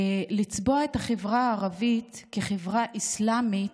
לצבוע את החברה הערבית כחברה אסלאמית,